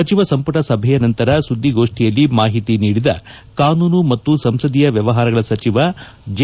ಸಚಿವ ಸಂಪುಟ ಸಭೆ ನಂತರ ಸುದ್ದಿಗೋಷ್ವಿಯಲ್ಲಿ ಮಾಹಿತಿ ನೀಡಿದ ಕಾನೂನು ಮತ್ತು ಸಂಸದೀಯ ವ್ಯವಹಾರಗಳ ಸಚಿವ ಜೆ